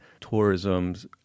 tourism's